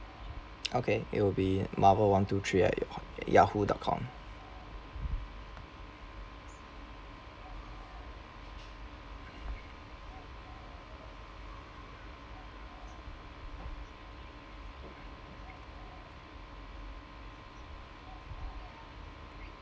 okay it will be marvel one two three at ho~ yahoo dot com